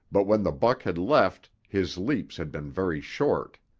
but when the buck had left, his leaps had been very short.